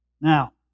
Now